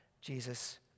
Jesus